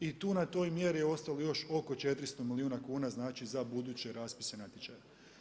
I tu na toj mjeri je ostalo još oko 400 milijuna kuna znači za buduće raspisane natječaje.